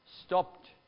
stopped